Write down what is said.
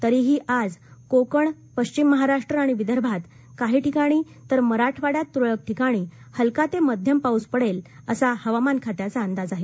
तरीही आज कोकण पश्चिम महाराष्ट्र आणि विदर्भात काही तर मराठवाड़यात तुरळक ठिकाणी हलका ते मध्यम पाऊस पडेल असा हवामान खात्याचा अंदाज आहे